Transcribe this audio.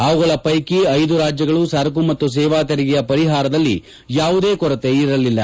ಅವುಗಳ ಪೈಕಿ ಐದು ರಾಜ್ಯಗಳು ಸರಕು ಮತ್ತು ಸೇವಾ ತೆರಿಗೆಯ ಪರಿಹಾರದಲ್ಲಿ ಯಾವುದೇ ಕೊರತೆ ಇರಲಿಲ್ಲ